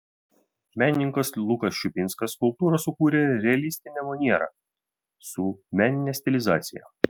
menininkas lukas šiupšinskas skulptūrą sukūrė realistine maniera su menine stilizacija